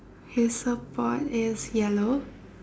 his support is yellow